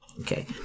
Okay